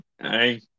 Hi